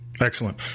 Excellent